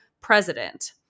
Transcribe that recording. president